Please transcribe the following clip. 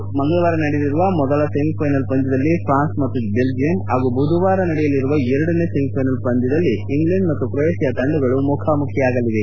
ನಾಡಿದ್ದು ಮಂಗಳವಾರ ನಡೆಯಲಿರುವ ಮೊದಲ ಸೆಮಿಫೈನಲ್ ಪಂದ್ಯದಲ್ಲಿ ಫ್ರಾನ್ಸ್ ಮತ್ತು ಬೆಲ್ಲಿಯಂ ಹಾಗೂ ಬುಧವಾರ ನಡೆಯಲಿರುವ ಎರಡನೇ ಸೆಮಿಫ್ಟೆಲ್ ಪಂದ್ಯದಲ್ಲಿ ಇಂಗ್ಲೆಂಡ್ ಮತ್ತು ಕ್ರೊಯೇಷಿಯಾ ತಂದಗಳು ಮುಖಾಮುಖಿಯಾಗಲಿವೆ